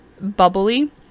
bubbly